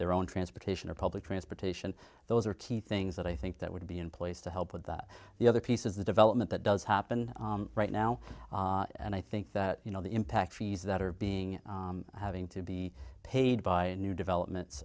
their own transportation or public transportation those are key things that i think that would be in place to help with that the other piece is the development that does happen right now and i think that you know the impact fees that are being having to be paid by new developments